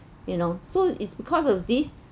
you know so is because of this